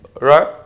right